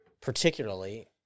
particularly